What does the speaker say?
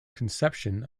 conception